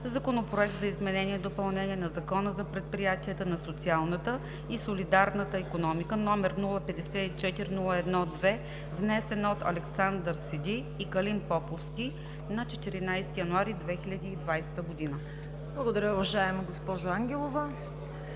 Законопроект за изменение и допълнение на Закона за предприятията на социалната и солидарна икономика, № 054-01-2, внесен от Александър Сиди и Калин Поповски на 14 януари 2020 г.“ ПРЕДСЕДАТЕЛ ЦВЕТА КАРАЯНЧЕВА: Благодаря, уважаема госпожо Ангелова.